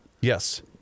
Yes